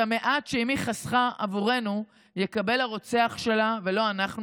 המעט שאימי חסכה עבורנו יקבל הרוצח שלה ולא אנחנו,